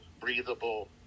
breathable